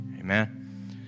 amen